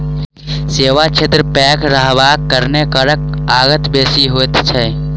सेवा क्षेत्र पैघ रहबाक कारणेँ करक आगत बेसी होइत छै